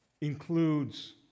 includes